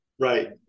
Right